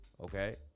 okay